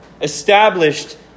established